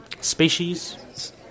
species